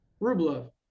Rublev